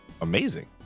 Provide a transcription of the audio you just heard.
amazing